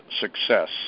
success